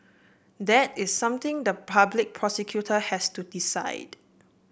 that is something the public prosecutor has to decide